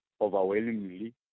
overwhelmingly